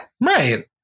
right